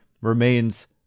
remains